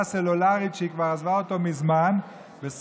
סלולר שהיא כבר עזבה אותה מזמן בסך,